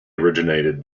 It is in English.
originated